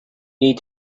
need